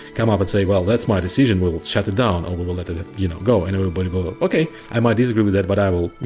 come up and say, well that's my decision, we'll shut it down or we will let it you know go and everybody will, okay! i might disagree with that, but i will,